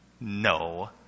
No